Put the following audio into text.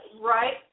right